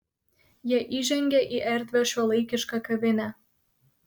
jie įžengė į erdvią šiuolaikišką kavinę